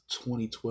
2012